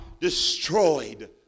destroyed